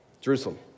Jerusalem